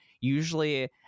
usually